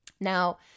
Now